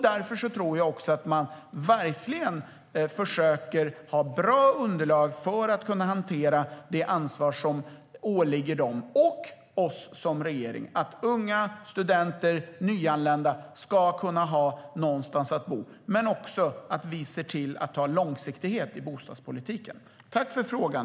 Därför tror jag också att de verkligen försöker ha bra underlag för att kunna hantera det ansvar som åligger dem och oss som regering. Det handlar om att unga, studenter och nyanlända ska ha någonstans att bo. Men det handlar också om att se till att ha långsiktighet i bostadspolitiken. Tack för frågan!